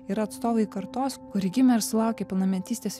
ir atstovai kartos kuri gimė ir sulaukė pilnametystės